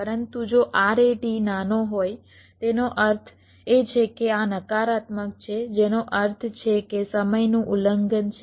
પરંતુ જો RAT નાનો હોય તેનો અર્થ એ છે કે આ નકારાત્મક છે જેનો અર્થ છે કે સમયનું ઉલ્લંઘન છે